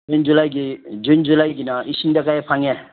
June ꯖꯨꯂꯥꯏꯒꯤ June ꯖꯨꯂꯥꯏꯒꯤꯅ ꯏꯁꯤꯡꯗ ꯀꯌꯥ ꯐꯪꯉꯦ